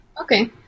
Okay